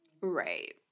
Right